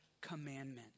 commandment